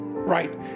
right